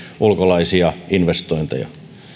ulkolaisia investointeja